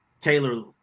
Taylor